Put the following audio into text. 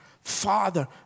Father